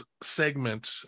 segment